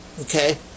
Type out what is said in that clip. Okay